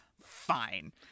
Fine